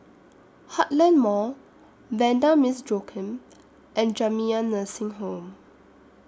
Heartland Mall Vanda Miss Joaquim and Jamiyah Nursing Home